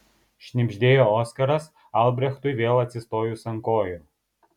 šnibždėjo oskaras albrechtui vėl atsistojus ant kojų